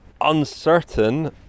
uncertain